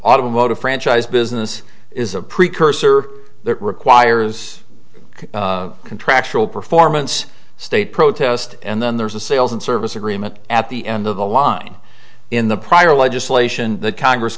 automotive franchise business is a precursor requires contractual performance state protest and then there's a sales and service agreement at the end of the line in the prior legislation the congress